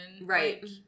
right